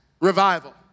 revival